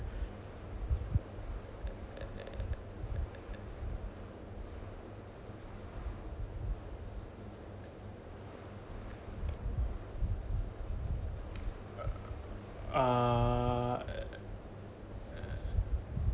err uh